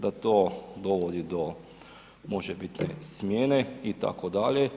Da to dovodi do možebitne smjene, itd.